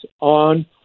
on